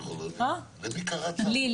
לי.